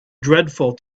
dreadful